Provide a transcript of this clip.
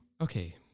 Okay